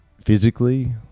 Physically